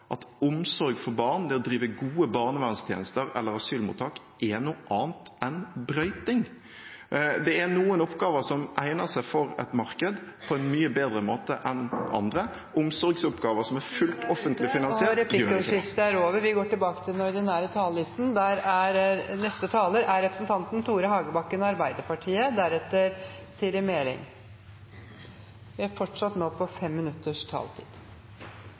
at omsorg for barn, det å drive gode barnevernstjenester eller asylmottak, er noe annet enn brøyting. Det er noen oppgaver som egner seg for et marked på en mye bedre måte enn andre. Omsorgsoppgaver som er fullt ut offentlig finansiert, gjør ikke det. Replikkordskiftet er dermed omme. Først vil jeg si takk til